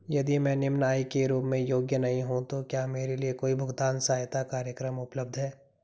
यदि मैं निम्न आय के रूप में योग्य नहीं हूँ तो क्या मेरे लिए कोई भुगतान सहायता कार्यक्रम उपलब्ध है?